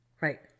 Right